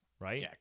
Right